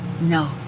No